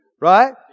Right